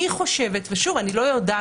אני חושבת ושוב אני לא יודעת,